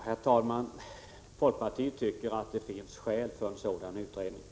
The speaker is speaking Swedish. Herr talman! Folkpartiet tycker att det finns skäl för en sådan utredning.